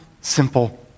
simple